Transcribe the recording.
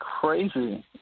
crazy